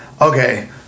Okay